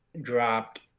dropped